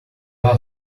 are